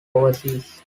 overseas